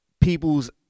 people's